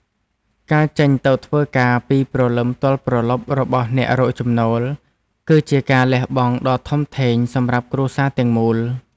ការចេញទៅធ្វើការពីព្រលឹមទល់ព្រលប់របស់អ្នករកចំណូល គឺជាការលះបង់ដ៏ធំធេងសម្រាប់គ្រួសារទាំងមូល។